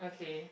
okay